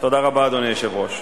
תודה רבה, אדוני היושב-ראש.